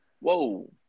Whoa